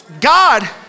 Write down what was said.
God